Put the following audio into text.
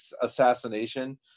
assassination